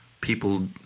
people